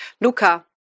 Luca